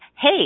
hey